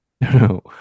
No